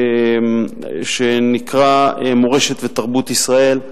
שנקרא "מורשת ותרבות ישראל",